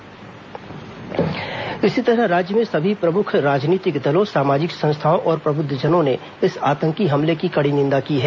शहीद श्रद्धांजलि इसी तरह राज्य में सभी प्रमुख राजनीतिक दलों सामाजिक संस्थाओं और प्रबुद्वजनों ने इस आतंकी हमले की कड़ी निंदा की है